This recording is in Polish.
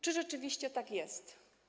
Czy rzeczywiście tak jest?